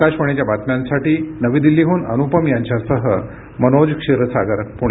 आकाशवाणीच्या बातम्यांसाठी नवी दिल्लीहून अनुपम यांच्यासह मनोज क्षीरसागर पुणे